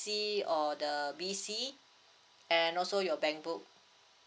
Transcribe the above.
or the B_C and also your bank book